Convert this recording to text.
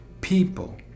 people